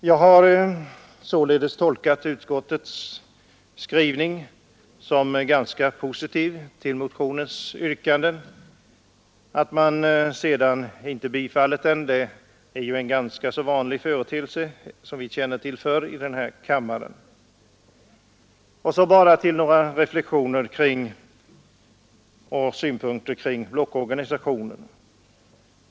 Jag har således tolkat utskottets skrivning som ganska positivt till motionens yrkanden. Att man sedan inte tillstyrkt dem är en ganska vanlig företelse, som vi känner till sedan tidigare här i kammaren. Så vill jag komma med några reflexioner och synpunkter kring blockorganisationen.